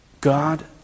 God